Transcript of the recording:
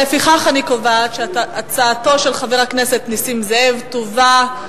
לפיכך אני קובעת שהצעתו של חבר הכנסת נסים זאב תובא,